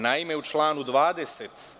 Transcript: Naime, u članu 20.